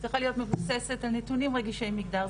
צריכה להיות מבוססת על נתונים רגישי מגדר,